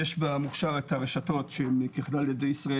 יש במוכש"ר את הרשתות של כלל ילדי ישראל,